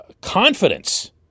confidence